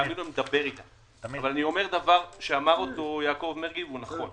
אני אומר דבר שאמר אותו יעקב מרגי והוא נכון